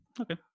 Okay